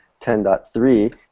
10.3